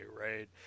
right